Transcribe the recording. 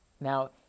Now